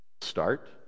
Start